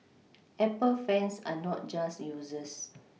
Apple fans are not just users